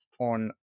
on